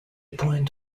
point